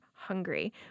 hungry